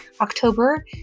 October